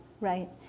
Right